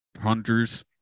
hunters